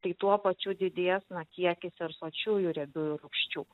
tai tuo pačiu didės na kiekis ir sočiųjų riebiųjų rūgščių